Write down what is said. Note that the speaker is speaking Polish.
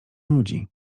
nudzi